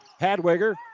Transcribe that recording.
Hadwiger